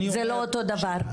זה לא אותו דבר.